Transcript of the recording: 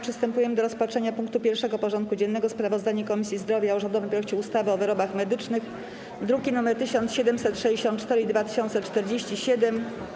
Przystępujemy do rozpatrzenia punktu 1. porządku dziennego: Sprawozdanie Komisji Zdrowia o rządowym projekcie ustawy o wyrobach medycznych (druki nr 1764 i 2047)